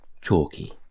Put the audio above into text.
chalky